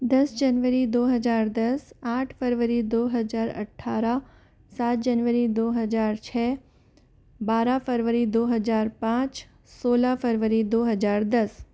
दस जनवरी दो हज़ार दस आठ फ़रवरी दो हज़ार अठारह सात जनवरी दो हज़ार छ बारह फ़रवरी दो हज़ार पाँच सोलह फ़रवरी दो हज़ार दस